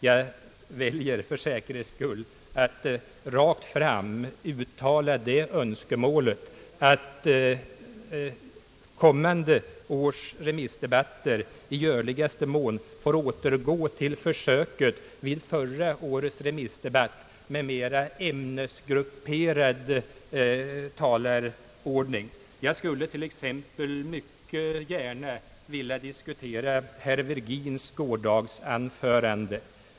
Jag vill för säkerhets skull därför rakt fram uttala det önskemålet att kommande års remissdebatter i görligaste mån får återgå till försöket vid förra årets remissdebatt med mera ämnesgrupperad talarordning. Jag skulle till exempel gärna vilja diskutera herr Virgins gårdagsanförande.